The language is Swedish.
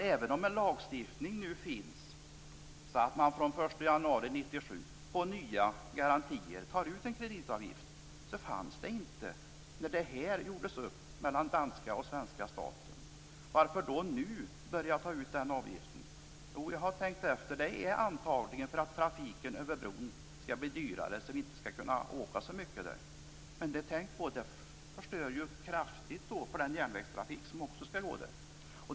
Även om en lagstiftning nu finns så att man från den 1 januari 1997 tar ut en kreditavgift för nya garantier så fanns inte den bestämmelsen när avtalet gjordes mellan danska och svenska staten. Varför då nu börja ta ut avgifter? Jag har tänkt efter. Det är antagligen för att trafiken över bron skall bli dyrare så att man inte skall kunna åka så mycket där. Men har ni tänkt på att det förstör kraftigt för den järnvägstrafik som också skall gå på bron?